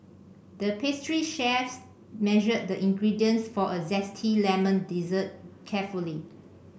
the pastry chef measured the ingredients for a zesty lemon dessert carefully